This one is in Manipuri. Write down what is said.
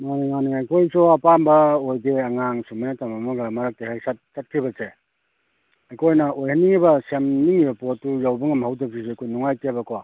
ꯃꯥꯟꯅꯤ ꯃꯥꯟꯅꯤ ꯑꯩꯈꯣꯏꯁꯨ ꯑꯄꯥꯝꯕ ꯑꯣꯏꯗꯦ ꯑꯉꯥꯉ ꯁꯨꯃꯥꯏꯅ ꯇꯝꯃꯝꯃꯒ ꯃꯔꯛꯇ ꯍꯦꯛ ꯆꯠꯈꯤꯕꯁꯦ ꯑꯩꯈꯣꯏꯅ ꯑꯣꯏꯍꯟꯅꯤꯡꯏꯕ ꯁꯦꯝꯅꯤꯡꯉꯤꯕ ꯄꯣꯠꯇꯨ ꯌꯧꯕ ꯉꯝꯍꯧꯗꯕꯁꯤꯁꯨ ꯑꯩꯈꯣꯏ ꯅꯨꯡꯉꯥꯏꯇꯦꯕꯀꯣ